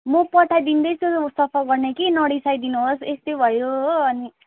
म पठाइदिँदैछु सफा गर्ने कि नरिसाइदिनुहोस यस्तै भयो हो अनि